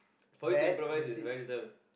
for you to improvise is very little